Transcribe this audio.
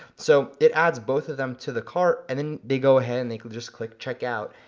so it adds both of them to the cart, and then they go ahead, and they can just click check out,